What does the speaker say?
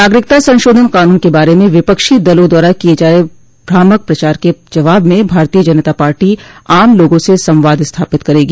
नागरिकता संशोधन कानून के बारे में विपक्षी दलों द्वारा किये जा रहे भ्रामक प्रचार के जवाब में भारतीय जनता पार्टी आम लोगों से संवाद स्थापित करेंगी